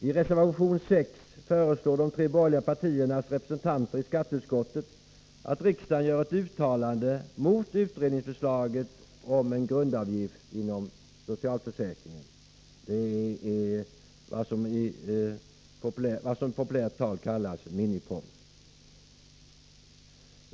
I reservation 6 föreslår de tre borgerliga partiernas representanter i skatteutskottet att riksdagen gör ett uttalande mot utredningsförslaget om en grundavgift inom socialförsäkringen. Detta kallas i populärt tal miniproms.